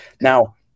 Now